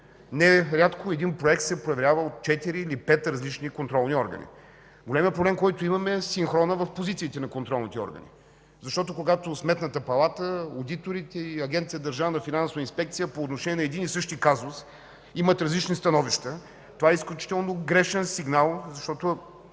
Нерядко един проект се проверява от четири или пет различни контролни органи. Големият проблем е в синхрона на позициите на контролните органи. Когато Сметната палата, одиторите и Агенцията за държавна финансова инспекция по отношение на един и същ казус имат различни становища, това е изключително грешен сигнал, защото